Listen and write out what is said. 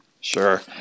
Sure